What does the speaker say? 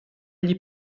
gli